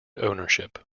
ownership